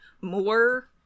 more